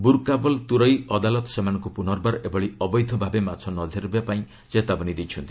ବୁରକାବଲତୁରଇ ଅଦାଲତ୍ ସେମାନଙ୍କୁ ପୁନର୍ବାର ଏଭଳି ଅବୈଧ ଭାବେ ମାଛ ନଧରିବା ପାଇଁ ଚେତାବନୀ ଦେଇଛନ୍ତି